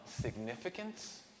significance